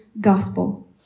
gospel